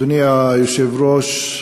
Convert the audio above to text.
אדוני היושב-ראש,